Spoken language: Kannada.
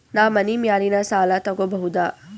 ನಾ ಮನಿ ಮ್ಯಾಲಿನ ಸಾಲ ತಗೋಬಹುದಾ?